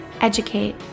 educate